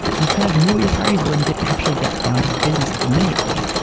you kind of knew what your priorities were and you could actually get down to business like immediately.